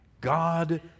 God